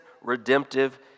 redemptive